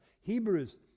Hebrews